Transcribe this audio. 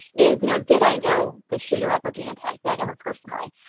is you know did i know the shooter at virginia tech? did i know him personally?